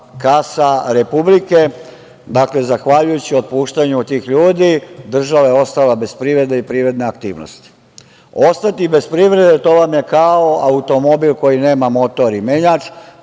kasa Republike. Dakle, zahvaljujući otpuštanju tih ljudi država je ostala bez privrede i privredne aktivnosti. Ostati bez privrede to vam je kao automobil koji nema motor i menjač.